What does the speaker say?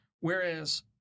whereas